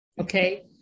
Okay